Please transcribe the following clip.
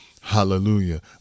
Hallelujah